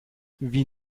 wie